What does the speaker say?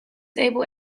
able